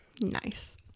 Nice